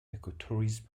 ecotourism